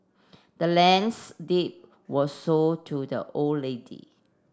the land's deed was sold to the old lady